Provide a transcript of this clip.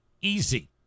easy